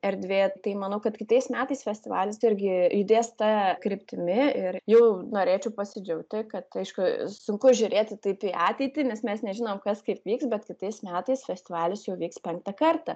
erdvė tai manau kad kitais metais festivalis irgi judės ta kryptimi ir jau norėčiau pasidžiaugti kad aišku sunku žiūrėti taip į ateitį nes mes nežinom kas kaip vyks bet kitais metais festivalis jau vyks penktą kartą